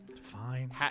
fine